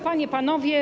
Panie i Panowie!